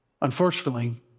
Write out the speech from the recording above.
unfortunately